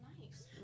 Nice